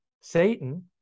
Satan